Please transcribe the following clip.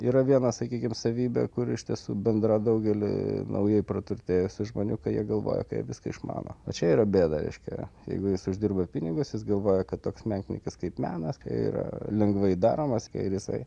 yra viena sakykim savybė kuri iš tiesų bendra daugeliui naujai praturtėjusių žmonių kai jie galvoja kad jie viską išmano o čia yra bėda reiškia jeigu jis uždirba pinigus jis galvoja kad toks menkniekis kaip menas yra lengvai daromas ir jisai